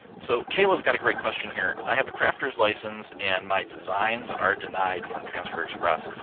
so kayla's got a great question here. i have a crafters license and my designs are denied from transfer express.